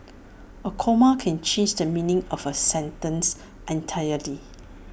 A comma can change the meaning of A sentence entirely